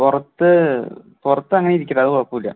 പുറത്ത് പുറത്തെങ്ങനെ ഇരിക്കട്ടെ അത് കുഴപ്പമില്ല